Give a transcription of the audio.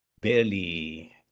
barely